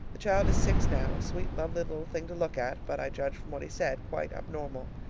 the child is six now, a sweet, lovely little thing to look at, but, i judge from what he said, quite abnormal.